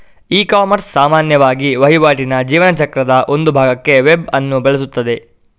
ecommerce ಸಾಮಾನ್ಯವಾಗಿ ವಹಿವಾಟಿನ ಜೀವನ ಚಕ್ರದ ಒಂದು ಭಾಗಕ್ಕೆ ವೆಬ್ ಅನ್ನು ಬಳಸುತ್ತದೆ